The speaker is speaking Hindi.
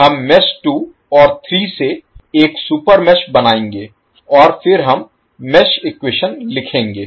हम मेष 2 और 3 से एक सुपर मेष बनाएंगे और फिर हम मेष इक्वेशन लिखेंगे